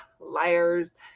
liars